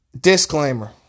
Disclaimer